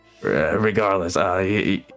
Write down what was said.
regardless